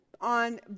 On